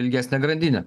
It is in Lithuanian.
ilgesne grandine